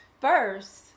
First